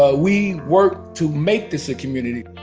ah we worked to make this a community